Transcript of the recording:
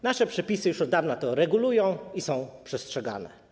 Nasze przepisy już od dawna to regulują i są przestrzegane.